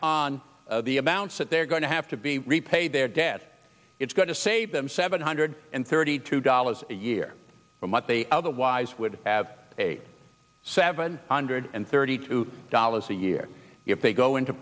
on the amounts that they're going to have to be repaid their debt it's going to save them seven hundred and thirty two dollars a year from what they otherwise would have a seven hundred and thirty two dollars a year if they go into